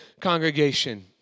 congregation